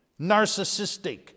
narcissistic